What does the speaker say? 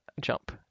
jump